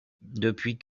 depuis